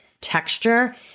texture